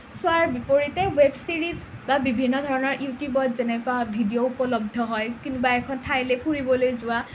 চোৱাৰ বিপৰীতে web series বা বিভিন্ন ধৰণৰ ইউটিউবত যেনেকুৱা ভিডিঅ' উপলব্ধ হয় কোনোবা এখন ঠাইলৈ ফুৰিবলৈ যোৱা